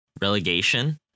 Relegation